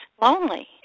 lonely